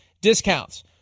discounts